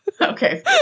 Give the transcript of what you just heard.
Okay